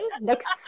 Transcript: next